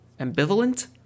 ambivalent